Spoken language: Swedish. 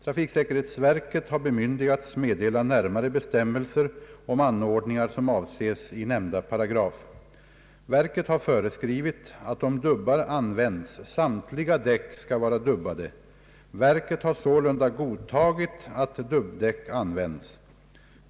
Trafiksäkerhetsverket har bemyndigats meddela närmare bestämmelser om anordningar som avses i nämnda paragraf. Verket har föreskrivit att om dubbar används samtliga däck skall vara dubbade. Verket har sålunda godtagit att dubbdäck används.